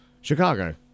Chicago